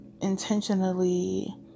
intentionally